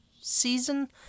season